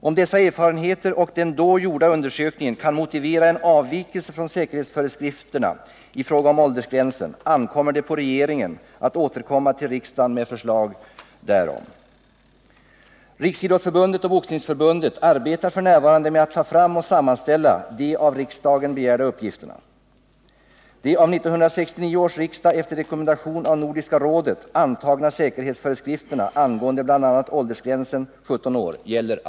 Om dessa erfarenheter och den då gjorda undersökningen kan motivera en avvikelse från säkerhetsföreskrifterna i fråga om åldersgränsen, ankommer det på regeringen att återkomma till riksdagen med förslag därom. Riksidrottsförbundet och Boxningsförbundet arbetar f. n. med att ta fram och sammanställa de av riksdagen begärda uppgifterna.